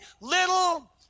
little